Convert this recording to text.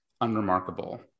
unremarkable